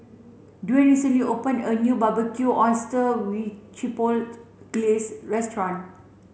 Dwane recently opened a new Barbecued Oysters with Chipotle Glaze restaurant